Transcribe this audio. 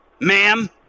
Ma'am